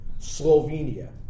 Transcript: Slovenia